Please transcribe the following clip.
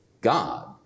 God